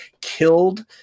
killed